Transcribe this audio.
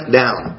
down